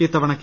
ഇത്തവണ കെ